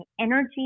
energy